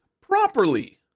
properly